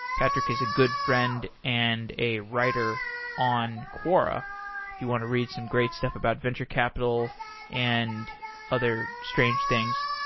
patrick is a good friend and a writer on quora. if you want to read some great stuff about venture capital and other strange things,